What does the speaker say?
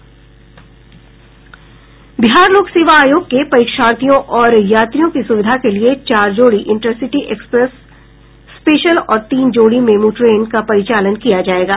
बिहार लोक सेवा आयोग के परीक्षार्थियों और यात्रियों की सुविधा के लिए चार जोड़ी इंटरसिटी एक्सप्रेस स्पेशल और तीन जोड़ी मेमू ट्रेन का परिचालन किया जायेगा